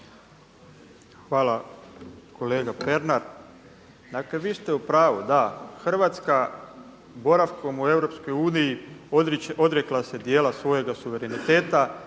Hvala kolega Pernar. Dakle vi ste upravu, da Hrvatska boravkom u EU odrekla se djela svojega suvereniteta.